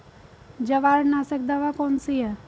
जवार नाशक दवा कौन सी है?